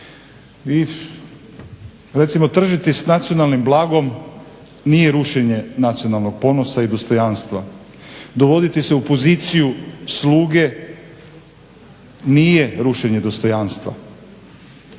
i recimo tržiti sa nacionalnim blagom nije rušenje nacionalnog ponosa i dostojanstva. Dovoditi se u poziciju sluge nije rušenje dostojanstva.